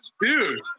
dude